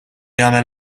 jagħmel